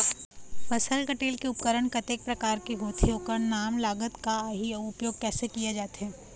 फसल कटेल के उपकरण कतेक प्रकार के होथे ओकर नाम लागत का आही अउ उपयोग कैसे किया जाथे?